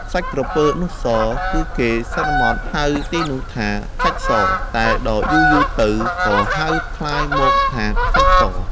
សាច់ក្រពើនោះស គឺគេសន្មតហៅទីនោះថា “សាច់ស” តែដល់យូរៗទៅ ក៏ហៅក្លាយមកថា “ខ្សាច់ស”។